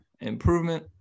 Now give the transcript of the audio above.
improvement